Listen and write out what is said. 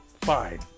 fine